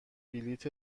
بلیت